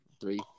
three